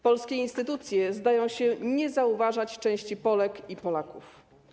Polskie instytucje zdają się nie zauważać części Polek i Polaków.